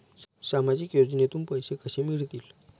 सामाजिक योजनेतून पैसे कसे मिळतील?